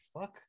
fuck